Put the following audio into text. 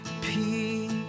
Peace